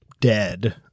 dead